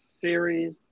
series